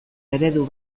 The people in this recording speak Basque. eredu